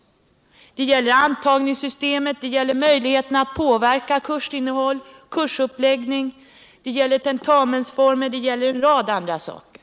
Det gäller antagningssystemet, det gäller möjligheten att påverka kursinnehåll och kursuppläggning, det gäller tentamensformer och det gäller en rad andra saker.